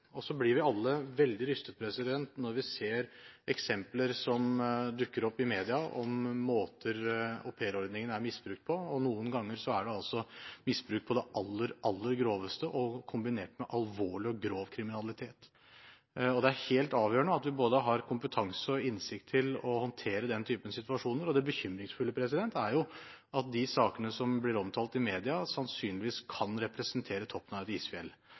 blir alle veldig rystet når vi ser eksempler som dukker opp i media, om måter aupairordningen er misbrukt på. Noen ganger er det altså misbruk på det aller, aller groveste, kombinert med alvorlig og grov kriminalitet. Det er helt avgjørende at vi både har kompetanse og innsikt til å håndtere den typen situasjoner. Og det bekymringsfulle er at de sakene som blir omtalt i media, sannsynligvis kan representere toppen av et isfjell,